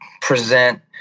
present